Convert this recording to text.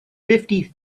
fifty